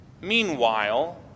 Meanwhile